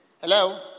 Hello